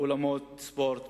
אולמות ספורט,